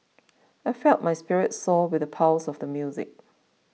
I felt my spirits soar with the pulse of the music